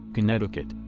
connecticut.